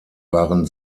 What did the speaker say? waren